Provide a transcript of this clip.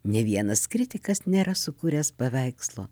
ne vienas kritikas nėra sukūręs paveikslo